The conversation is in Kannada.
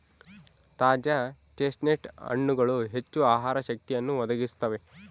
ತಾಜಾ ಚೆಸ್ಟ್ನಟ್ ಹಣ್ಣುಗಳು ಹೆಚ್ಚು ಆಹಾರ ಶಕ್ತಿಯನ್ನು ಒದಗಿಸುತ್ತವೆ